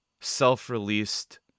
self-released